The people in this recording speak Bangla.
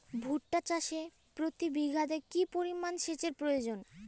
ভুট্টা চাষে প্রতি বিঘাতে কি পরিমান সেচের প্রয়োজন?